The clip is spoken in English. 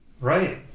Right